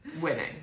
Winning